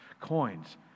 Coins